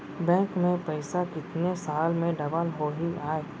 Bank में पइसा कितने साल में डबल होही आय?